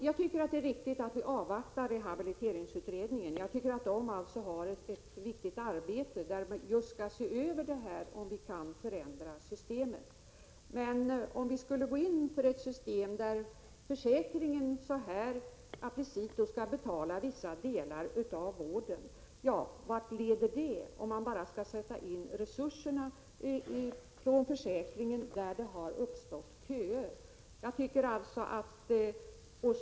Jag tycker att det är riktigt att vi avvaktar resultatet av rehabiliteringsberedningens arbete. Jag tycker att det är viktigt; den skall se över just om vi kan förändra systemet. Vart skulle det leda om försäkringen på det här sättet skulle betala vissa delar av vården, om resurserna från försäkringen skulle sättas in bara där det har uppstått köer?